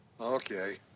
Okay